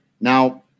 Now